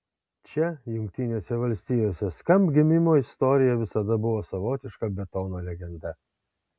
čia jungtinėse valstijose skamp gimimo istorija visada buvo savotiška betono legenda